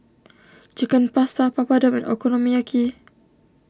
Chicken Pasta Papadum and Okonomiyaki